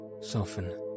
soften